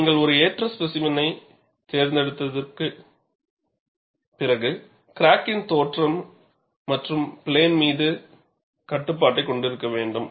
நீங்கள் ஒரு ஏற்ற ஸ்பேசிமென்யைப் பெறுவதற்கு கிராக்கின் தோற்றம் மற்றும் பிளேன் மீது கட்டுப்பாட்டைக் கொண்டிருக்க வேண்டும்